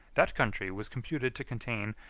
that country was computed to contain,